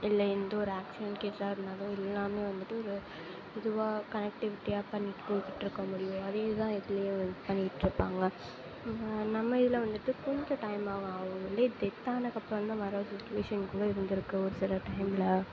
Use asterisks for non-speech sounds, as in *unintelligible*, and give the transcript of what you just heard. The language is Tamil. இல்லை எந்த ஒரு ஆக்சிடெண்ட் கேஸாக இருந்தாலும் எல்லாம் வந்துவிட்டு ஒரு இதுவாக கனெக்ட்டிவிட்டியாக பண்ணிவிட்டு போய்கிட்டு இருக்க முடியும் அதேதான் இதுலேயும் பண்ணிக்கிட்டு இருப்பாங்க நம்ம இதில் வந்துவிட்டு கொஞ்சம் டைம் ஆவது ஆகும் *unintelligible* டெத் ஆனது அப்புறந்தான் வர சுச்சிவேஷன் கூட இருந்திருக்கு ஒரு சில டைமில்